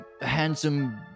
handsome